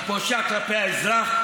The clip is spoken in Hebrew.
פושע כלפי האזרח.